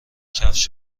کفش